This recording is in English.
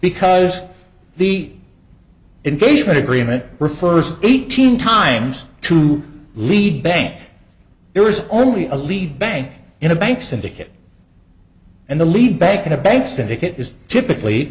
because the invasion agreement refers eighteen times to lead bank there's only a lead bank in a bank syndicate and the lead bank in a bank syndicate is typically